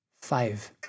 five